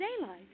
daylight